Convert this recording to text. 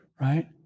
right